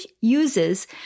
uses